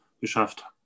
geschafft